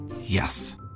Yes